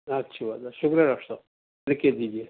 اچھی بات ہے شکریہ ڈاکٹر صاحب لکھ کے دیجیے